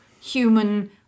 human